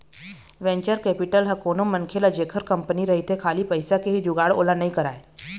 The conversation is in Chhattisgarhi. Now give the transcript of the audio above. वेंचर कैपिटल ह कोनो मनखे ल जेखर कंपनी रहिथे खाली पइसा के ही जुगाड़ ओला नइ कराय